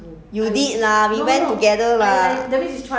ah with marcus